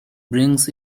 brings